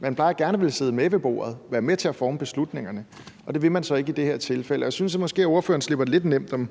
man plejer gerne at ville sidde med ved bordet og være med til at forme beslutningerne, men det vil man så ikke i det her tilfælde. Jeg synes måske, at ministeren slipper lidt nemt uden